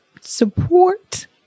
support